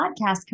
podcast